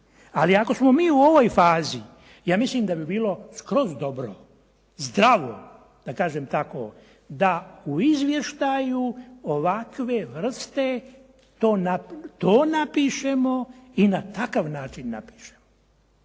ali ako smo mi u ovoj fazi ja mislim da bi bilo skroz dobro, zdravo da kažem tako, da u izvještaju ovakve vrste to napišemo i na takav način napišemo.